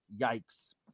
Yikes